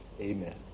Amen